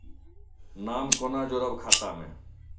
नाम कोना जोरब खाता मे